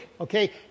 Okay